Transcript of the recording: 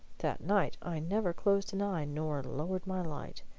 that night i never closed an eye nor lowered my light.